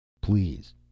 Please